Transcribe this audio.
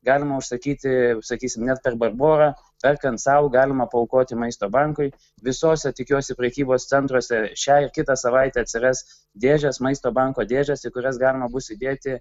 galima užsakyti užsakysim net per barborą perkant sau galima paaukoti maisto bankui visose tikiuosi prekybos centruose šia ir kitą savaitę atsiras dėžės maisto banko dėžės į kurias galima bus įdėti